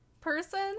person